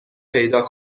پیدا